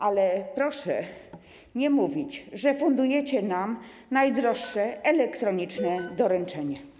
Ale proszę nie mówić, że... Fundujecie nam najdroższe elektroniczne doręczenie.